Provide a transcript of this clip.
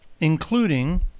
including